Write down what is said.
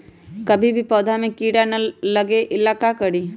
कभी भी पौधा में कीरा न लगे ये ला का करी?